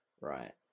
right